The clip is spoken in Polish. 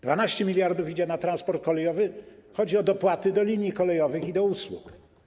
12 mld idzie na transport kolejowy - chodzi o dopłaty do linii kolejowych i do usług.